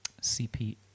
CP